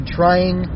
trying